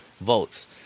votes